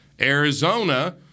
Arizona